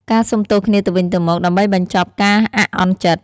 ការសុំទោសគ្នាទៅវិញទៅមក ដើម្បីបញ្ចប់ការអាក់អន់ចិត្ត។